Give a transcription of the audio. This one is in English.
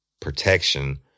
protection